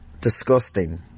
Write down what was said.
disgusting